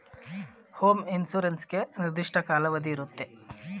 home insurance ಗೆ ನಿರ್ದಿಷ್ಟ ಕಾಲಾವಧಿ ಇರುತ್ತೆ